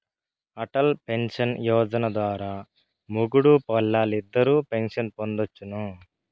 Atal pension Yojana ద్వారా మొగుడూ పెల్లాలిద్దరూ పెన్సన్ పొందొచ్చును